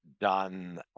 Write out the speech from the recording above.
done